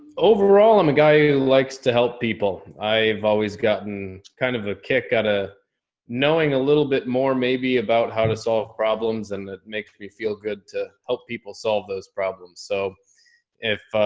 overall i'm a guy who likes to help people. i've always gotten kind of a kick out, a knowing a little bit more maybe about how to solve problems and it makes me feel good to help people solve those problems. so if,